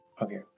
okay